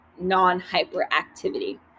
non-hyperactivity